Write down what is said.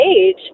age